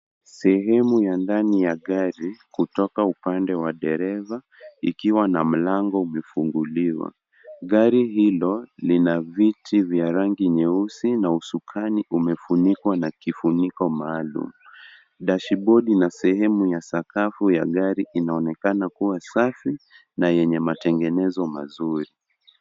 Sehemu ya ndani ya gari kutoka upande wa dereva ikiwa na mlango umefunguliwa. Gari hilo lina viti vya rangi nyeusi na usukani umefunikwa na kifuniko maalum. Dashibodi na sehemu ya sakafu ya gari inaonekana kuwa safi na yenye matengenezo mazuri..